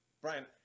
Brian